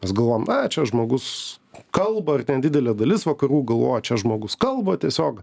mes galvojom na čia žmogus kalba ir ten didelė dalis vakarų galvojo čia žmogus kalba tiesiog